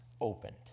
opened